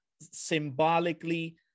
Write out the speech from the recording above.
symbolically